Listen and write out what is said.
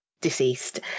deceased